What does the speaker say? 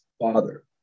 father